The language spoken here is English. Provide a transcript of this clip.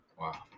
Wow